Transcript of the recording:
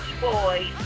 boy